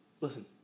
Listen